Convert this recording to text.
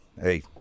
Hey